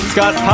Scott